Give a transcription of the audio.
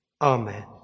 Amen